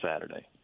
Saturday